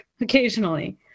occasionally